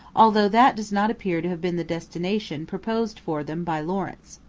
although that does not appear to have been the destination proposed for them by lawrence.